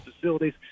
facilities